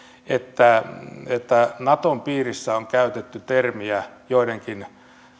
että että naton piirissä on käytetty joidenkin